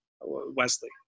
Wesley